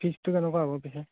ফিজটো কেনেকুৱা হ'ব পিছে